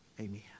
Amen